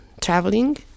traveling